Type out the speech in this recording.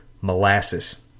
molasses